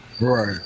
right